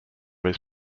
his